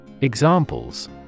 Examples